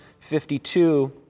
52